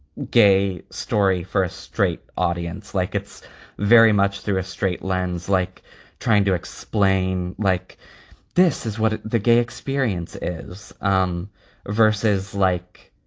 gay story for a straight audience like it's very much through a straight lens, like trying to like this is what the gay experience is um versus like.